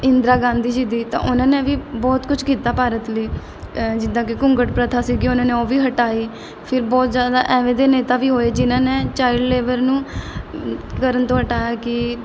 ਇੰਦਰਾ ਗਾਂਧੀ ਜੀ ਦੀ ਤਾਂ ਉਹਨਾਂ ਨੇ ਵੀ ਬਹੁਤ ਕੁਝ ਕੀਤਾ ਭਾਰਤ ਲਈ ਜਿੱਦਾਂ ਕਿ ਘੁੰਗਟ ਪ੍ਰਥਾ ਸੀਗੀ ਉਹਨਾਂ ਨੇ ਉਹ ਵੀ ਹਟਾਈ ਫਿਰ ਬਹੁਤ ਜ਼ਿਆਦਾ ਇਵੇਂ ਦੇ ਨੇਤਾ ਵੀ ਹੋਏ ਜਿਨ੍ਹਾਂ ਨੇ ਚਾਇਲਡ ਲੇਬਰ ਨੂੰ ਕਰਨ ਤੋਂ ਹਟਾਇਆ ਕਿ